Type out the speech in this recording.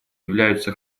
являются